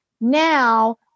Now